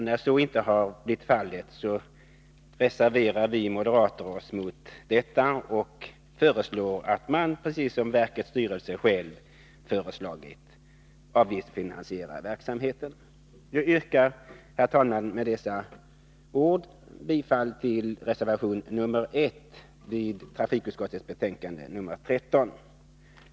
När så inte har blivit fallet har vi moderater reserverat oss mot detta och föreslagit att man — precis som verkets styrelse velat — skall avgiftsfinansiera verksamheten. Jag yrkar, herr talman, med dessa ord bifall till reservation 1 vid trafikutskottets betänkande nr 13.